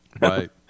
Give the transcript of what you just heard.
Right